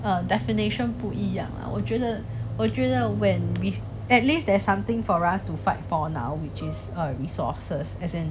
err definition 不一样啦我觉得我觉得 when with at least there's something for us to fight for now which is err resources as an